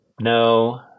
no